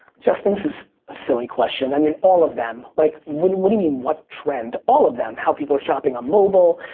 justin, this is a silly question. i mean all of them. like what do you mean what trend? all of them. how people are shopping on mobile,